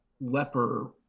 leper